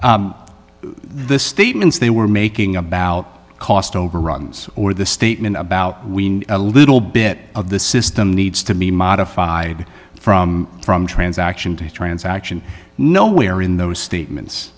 r the statements they were making about cost overruns or the statement about we need a little bit of the system needs to be modified from from transaction to transaction no where in those statements